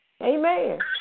Amen